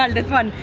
ah this one.